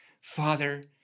Father